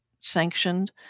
Sanctioned